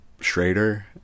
schrader